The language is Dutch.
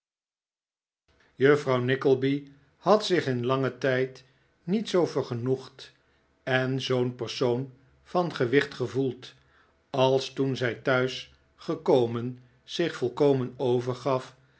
juffrouw nickleby had zich in langen tijd niet zoo vergenoegd en zoo'n persoon van gewicht gevoeld als toen zij thuis gekomen zich volkomen overgaf